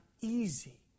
easy